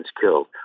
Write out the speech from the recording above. killed